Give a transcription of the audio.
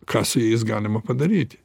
ką su jais galima padaryti